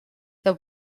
the